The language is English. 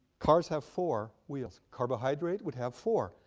cars have four wheels, carbohydrate would have four.